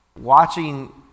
watching